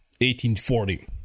1840